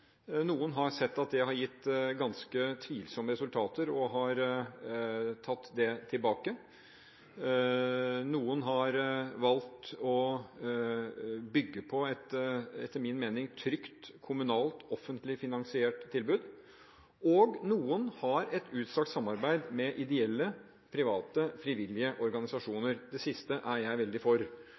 Noen har sett at det har gitt ganske tvilsomme resultater, og har tatt det tilbake. Noen har valgt å bygge på et – etter min mening – trygt, kommunalt, offentlig finansiert, tilbud. Noen har et utstrakt samarbeid med ideelle private, frivillige organisasjoner. Det siste er jeg veldig for.